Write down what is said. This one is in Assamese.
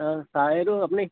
অঁ আপুনি